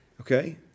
okay